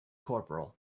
corporal